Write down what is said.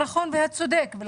על